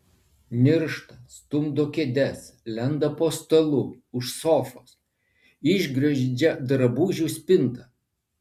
niršta stumdo kėdes lenda po stalu už sofos išgriozdžia drabužių spintą